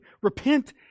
repent